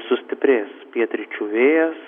sustiprės pietryčių vėjas